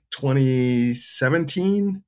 2017